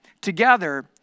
together